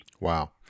Wow